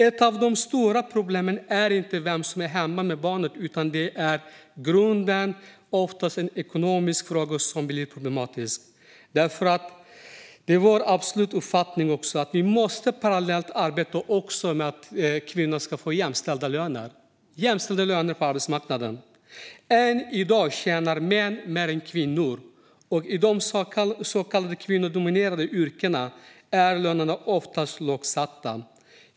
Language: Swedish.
Ett av de stora problemen är inte vem som är hemma med barnet, utan det är i grunden oftast en ekonomisk fråga som blir problematisk. Därför är det vår absoluta uppfattning att vi måste arbeta parallellt för att kvinnor ska få jämställda löner på arbetsmarknaden. Än i dag tjänar män mer än kvinnor, och i de så kallade kvinnodominerade yrkena är lönerna oftast lågt satta.